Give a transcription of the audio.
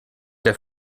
der